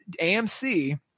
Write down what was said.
AMC